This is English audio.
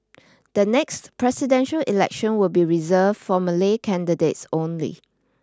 the next presidential election will be reserved for Malay candidates only